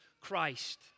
Christ